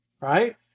right